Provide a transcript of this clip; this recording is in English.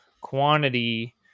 quantity